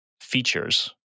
features